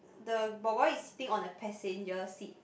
the boy boy is sitting on the passenger seat